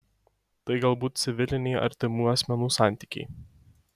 tai galbūt civiliniai artimų asmenų santykiai